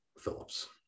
Phillips